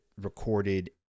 recorded